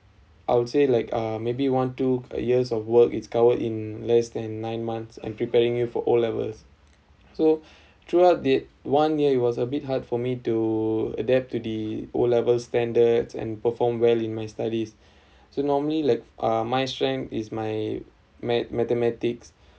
I would say like uh maybe one two years of work it's covered in less than nine months and preparing it for O levels so throughout the one year it was a bit hard for me to adapt to the O level standards and perform well in my studies so normally like uh my strength is my math mathematics